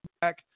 back